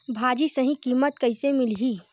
भाजी सही कीमत कइसे मिलही?